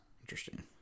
Interesting